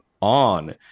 On